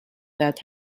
that